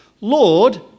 Lord